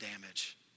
damage